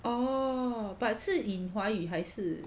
oh but 是 in 华语还是